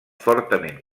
fortament